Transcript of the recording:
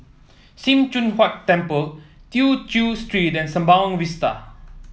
Sim Choon Huat Temple Tew Chew Street and Sembawang Vista